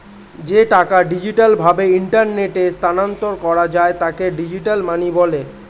যে টাকা ডিজিটাল ভাবে ইন্টারনেটে স্থানান্তর করা যায় তাকে ডিজিটাল মানি বলে